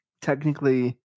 technically